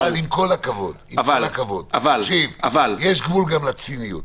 אבל עם כל הכבוד, יש גבול גם לציניות.